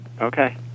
Okay